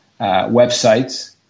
websites